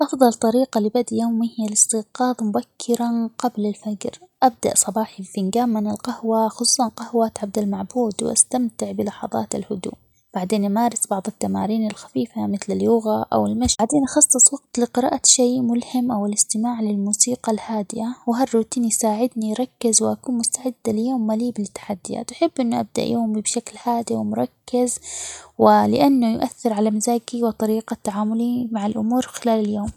أفضل طريقة لبدء يومي هي الاستيقاظ مبكرًا قبل الفجر، أبدأ صباحي بفنجان من القهوة خصوصًا قهوة عبد المعبود، واستمتع بلحظات الهدوء ،بعدين أمارس بعض التمارين الخفيفة مثل: اليوغا ،أو المشي، بعدين أخصص وقت لقراءة شيء ملهم، أو الاستماع للموسيقى الهادئة ،وهالروتين يساعدني أركز ،وأكون مستعدة ليوم مليء بالتحديات، أحب إني أبدأ يومي بشكل هادئ ،ومركز ،ولأنه يؤثر على مزاجي وطريقة تعاملي مع الأمور خلال اليوم.